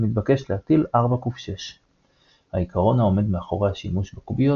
הוא מתבקש להטיל 4ק6. העיקרון העומד מאחורי השימוש בקוביות